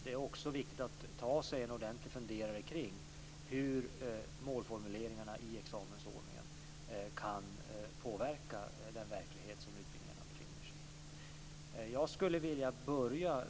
Det är också viktigt att ta sig en ordentlig funderare på hur målformuleringarna i examensordningen kan påverka den verklighet som utbildningarna befinner sig i.